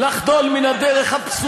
אולי איזה מכתב לנשיא אובמה הפעם,